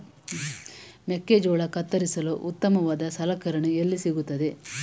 ಮೆಕ್ಕೆಜೋಳ ಕತ್ತರಿಸಲು ಉತ್ತಮವಾದ ಸಲಕರಣೆ ಎಲ್ಲಿ ಸಿಗುತ್ತದೆ?